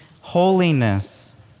holiness